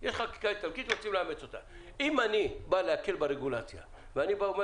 אם אני בא להקל ברגולציה ואומר